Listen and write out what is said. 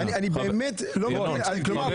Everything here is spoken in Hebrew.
אני באמת לא מבין,